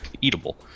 eatable